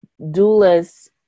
doulas